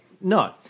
No